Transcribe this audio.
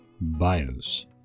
BIOS